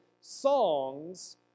songs